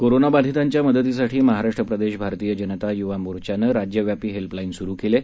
कोरोनाबाधितांच्या मदतीसाठी महाराष्ट्र प्रदेश भारतीय जनता युवा मोर्चानं राज्यव्यापी डॉक्टर सहाय्यता हेल्पलाईन सुरु केली आहे